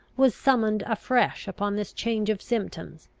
was summoned afresh upon this change of symptoms,